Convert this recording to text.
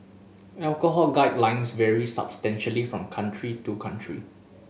alcohol guidelines vary substantially from country to country